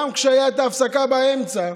גם כשהייתה ההפסקה באמצע,